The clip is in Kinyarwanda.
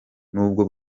n’ubwo